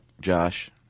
Josh